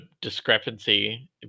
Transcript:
discrepancy